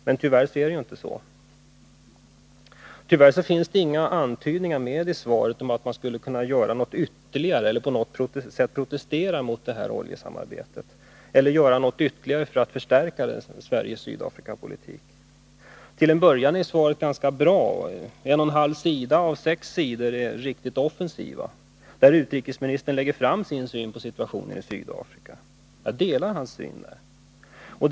Men tyvärr finns det i svaret inga antydningar om att man skulle kunna göra något ytterligare för att förstärka svensk Sydafrikapolitik eller att man på något sätt skulle kunna protestera mot oljesamarbetet. Till en början är svaret ganska bra. En och en halv av de sex sidorna i det stencilerade svaret är riktigt offensiva. Där lägger utrikesministern fram sin syn på situationen i Sydafrika. Jag delar den syn han redovisar på dessa sidor.